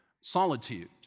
solitude